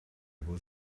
will